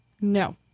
No